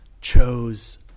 chose